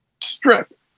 strip